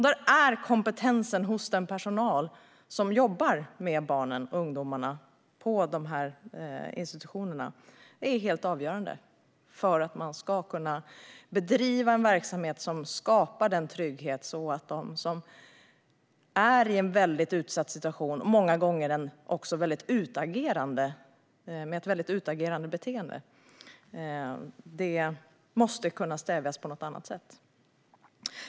Där är kompetensen hos den personal som arbetar med barnen och ungdomarna på institutionerna helt avgörande för att bedriva en verksamhet som skapar trygghet. Om någon har ett utagerande beteende måste det kunna stävjas på något annat sätt.